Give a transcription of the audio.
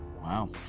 Wow